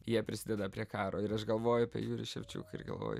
jie prisideda prie karo ir aš galvoju apie jurijų ševčiuką ir galvoju